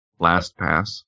LastPass